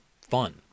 fun